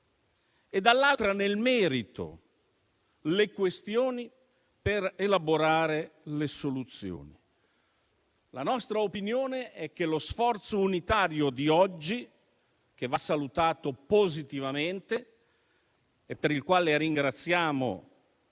e, dall'altra, nel merito le questioni per elaborare le soluzioni. La nostra opinione è che lo sforzo unitario di oggi, che va salutato positivamente e per il quale ringraziamo